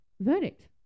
Verdict